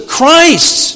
Christ